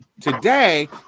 Today